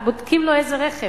ובודקים לו איזה רכב.